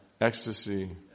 ecstasy